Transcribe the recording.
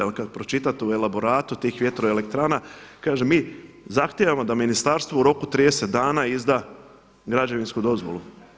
Ali kad pročitate u elaboratu tih vjetroelektrana kaže: „Mi zahtijevamo da ministarstvo u roku 30 dana izda građevinsku dozvolu.